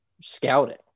scouting